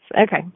Okay